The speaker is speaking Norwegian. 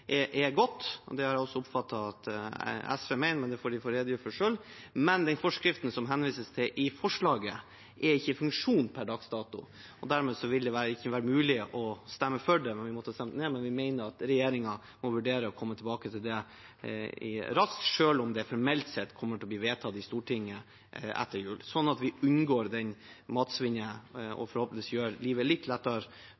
er godt. Det har jeg også oppfattet at SV mener, men de får selv redegjøre for det. Den forskriften som det henvises til i forslaget, er ikke i funksjon per dags dato, og dermed ville det ikke være mulig å stemme for det, vi måtte stemt det ned. Men vi mener at regjeringen må vurdere å komme tilbake til det raskt, selv om det formelt sett kommer til å bli vedtatt i Stortinget etter jul – sånn at vi unngår matsvinn og